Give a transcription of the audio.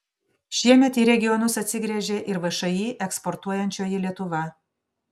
šiemet į regionus atsigręžė ir všį eksportuojančioji lietuva